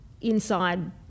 inside